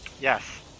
Yes